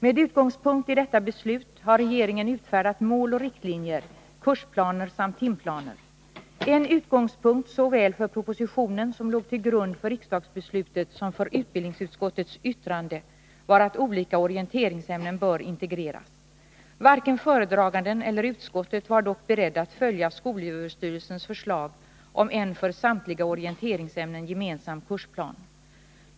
Med utgångspunkt i detta beslut har regeringen utfärdat mål och riktlinjer, kursplaner samt timplaner. En utgångspunkt såväl för propositionen som låg till grund för riksdagsbeslutet som för utbildningsutskottets yttrande var att olika orienteringsämnen bör integreras. Varken föredraganden eller utskottet ville dock följa skolöverstyrelsens förslag om en för samtliga orienteringsämnen gemensam kursplan.